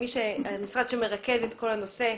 כמשרד שמרכז את כל הנושא,